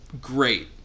great